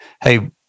hey